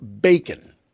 bacon